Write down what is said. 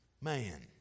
man